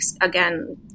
again